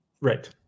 Right